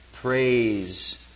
Praise